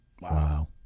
Wow